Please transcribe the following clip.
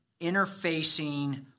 interfacing